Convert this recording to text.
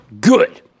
good